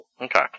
Okay